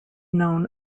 known